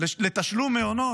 לתשלום מעונות.